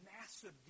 massive